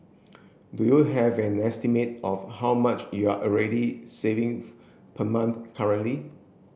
do you have an estimate of how much you're already saving per month currently